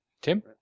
Tim